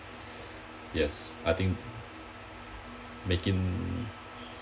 yes I think making